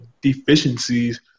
deficiencies